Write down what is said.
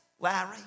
Larry